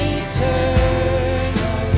eternal